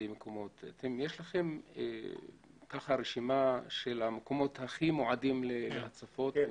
יש לכם רשימה של המקומות הכי מועדים להצפות?